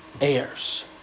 heirs